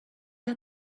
are